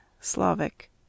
Slavic